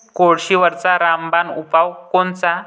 कोळशीवरचा रामबान उपाव कोनचा?